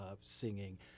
singing